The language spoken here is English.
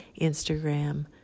Instagram